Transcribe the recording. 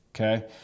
okay